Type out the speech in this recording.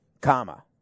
comma